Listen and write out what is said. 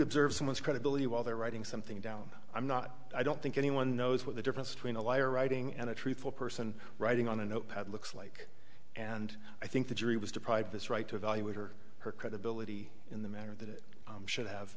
observe someone's credibility while they're writing something down i'm not i don't think anyone knows what the difference between a liar writing and a truthful person writing on a notepad looks like and i think the jury was deprived this right to evaluate her her credibility in the manner that it should have